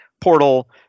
portal